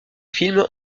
film